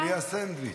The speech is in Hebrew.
בלי הסנדוויץ'?